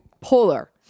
Polar